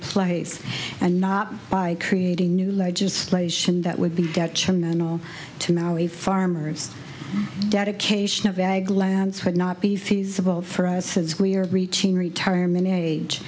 place and not by creating new legislation that would be detrimental to maui farmers dedication of a glance would not be feasible for us since we are reaching retirement age